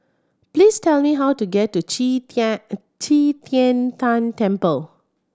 please tell me how to get to Qi Tian Qi Tian Tan Temple